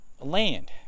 Land